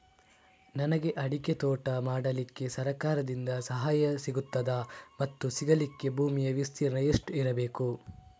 ನನಗೆ ಅಡಿಕೆ ತೋಟ ಮಾಡಲಿಕ್ಕೆ ಸರಕಾರದಿಂದ ಸಹಾಯ ಸಿಗುತ್ತದಾ ಮತ್ತು ಸಿಗಲಿಕ್ಕೆ ಭೂಮಿಯ ವಿಸ್ತೀರ್ಣ ಎಷ್ಟು ಇರಬೇಕು?